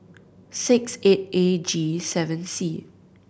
six eight A G seven C